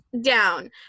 down